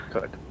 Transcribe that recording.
Good